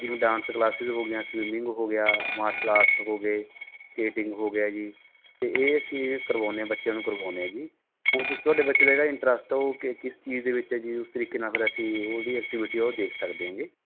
ਜਿਵੇਂ dance classes ਹੋ ਗਈਆਂ ਸਵੀਮਿੰਗ ਹੋ ਗਿਆ ਮਾਰਸ਼ਲ ਆਰਟਸ ਹੋ ਗਏ ਸਕੇਟਿੰਗ ਹੋ ਗਿਆ ਜੀ ਅਤੇ ਇਹ ਅਸੀਂ ਕਰਵਾਉਂਦੇ ਬੱਚਿਆਂ ਨੂੰ ਕਰਵਾਉਂਦੇ ਹਾਂ ਜੀ ਹੁਣ ਤੁਸੀਂ ਤੁਹਾਡੇ ਬੱਚੇ ਜਿਹੜਾ ਇੰਟਰਸਟ ਉਹ ਕਿਸ ਚੀਜ਼ ਦੇ ਵਿੱਚ ਹੈ ਜੀ ਉਸ ਤਰੀਕੇ ਨਾਲ ਫਿਰ ਅਸੀਂ ਉਸ ਦੀ ਐਕਟੀਵੀਟੀ ਉਹ ਦੇਖ ਸਕਦੇ ਹੈਗੇ